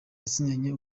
basinyanye